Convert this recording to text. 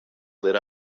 lit